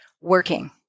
working